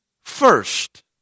first